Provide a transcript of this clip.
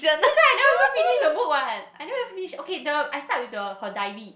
that's why I didn't even finish the book one I don't have finish okay the I start with the her diary